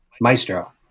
Maestro